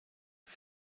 oft